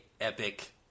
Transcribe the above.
epic